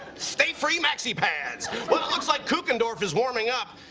stay free maxi pads. well, it looks like kukendorf is warming up.